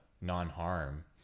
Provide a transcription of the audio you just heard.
non-harm